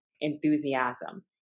enthusiasm